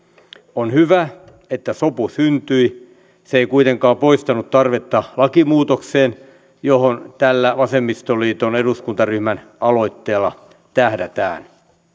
on hyvä että sopu syntyi mutta se ei kuitenkaan poistanut tarvetta lakimuutokseen johon tällä vasemmistoliiton eduskuntaryhmän aloitteella tähdätään